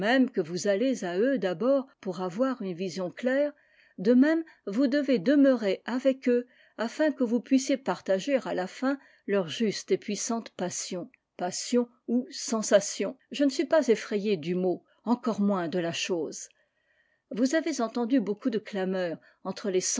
que vous allez à eux d'abord pour avoir une vision claire de même vous devez demeurer avec eux afin que vous puissiez partager à la fin leur juste et puissante passion passion ou sensation je ne suis pas effrayé du mot encore moins de la chose vous avez entendu beaucoup de clameurs entre les